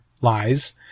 lies